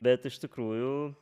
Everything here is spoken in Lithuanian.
bet iš tikrųjų